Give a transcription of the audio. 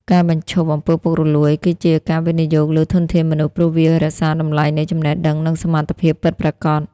ការបញ្ឈប់ អំពើពុករលួយ គឺជាការវិនិយោគលើ "ធនធានមនុស្ស" ព្រោះវារក្សាតម្លៃនៃចំណេះដឹង និងសមត្ថភាពពិតប្រាកដ។